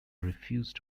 refused